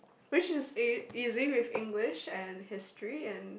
which is e~ easy with English and History and